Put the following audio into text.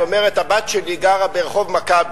והיא אומרת: הבת שלי גרה ברחוב מכבי.